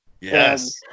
Yes